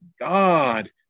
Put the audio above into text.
God